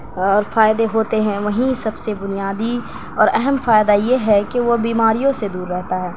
اور فائدے ہوتے ہیں وہیں سب سے بنیادی اور اہم فائدہ یہ ہے کہ وہ بیماریوں سے دور رہتا ہے